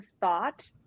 thought